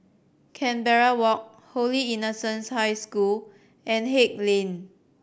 Canberra Walk Holy Innocents High School and Haig Lane